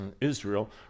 Israel